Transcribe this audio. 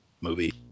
movie